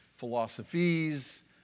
philosophies